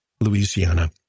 Louisiana